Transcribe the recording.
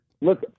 Look